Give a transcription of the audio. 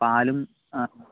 പാലും